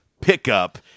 pickup